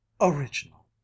original